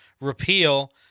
repeal